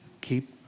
keep